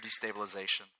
destabilization